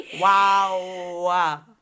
wow